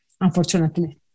unfortunately